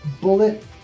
bullet